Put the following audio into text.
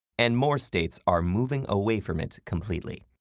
and more states are moving away from it completely.